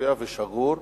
עוספיא וא-שגור,